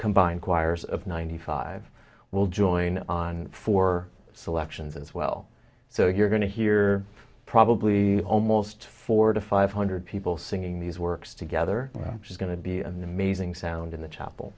combined choirs of ninety five will join on for selections as well so you're going to hear probably almost four to five hundred people singing these works together which is going to be amazing sound in the chapel